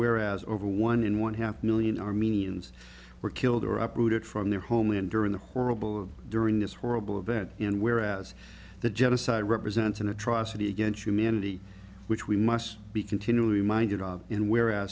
whereas over one in one half a million armenians were killed or uprooted from their homeland during the horrible during this horrible event and whereas the genocide represents an atrocity against humanity which we must be continually reminded of in whereas